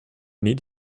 need